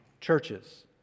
churches